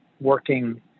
working